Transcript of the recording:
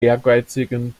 ehrgeizigen